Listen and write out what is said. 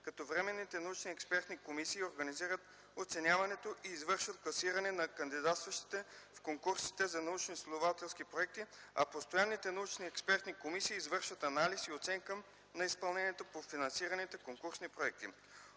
като временните научни експертни комисии организират оценяването и извършват класиране на кандидатстващите в конкурсите за научноизследователски проекти, а постоянните научни експертни комисии извършват анализ и оценка на изпълнението на финансираните конкурсни проекти.